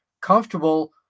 comfortable